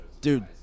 Dude